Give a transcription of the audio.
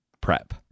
prep